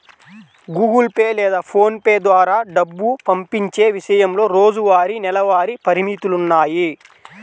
Google Pay లేదా PhonePe ద్వారా డబ్బు పంపించే విషయంలో రోజువారీ, నెలవారీ పరిమితులున్నాయి